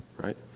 right